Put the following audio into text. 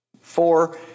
four